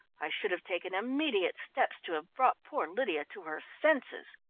i should have taken immediate steps to have brought poor lydia to her senses.